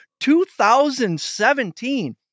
2017